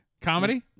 Comedy